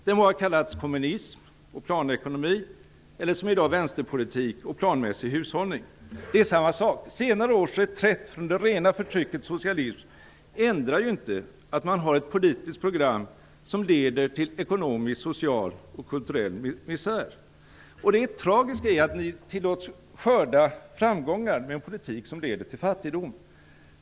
Den må ha kallats kommunism och planekonomi eller som i dag vänsterpolitik och planmässig hushållning, det är samma sak. Senare års reträtt från det rena förtryckets socialism ändrar inte att man har ett politiskt program som leder till ekonomisk, social och kulturell misär. Det tragiska är att ni tillåts skörda framgångar med en politik som leder till fattigdom.